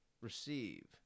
Receive